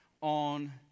on